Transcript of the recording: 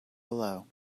below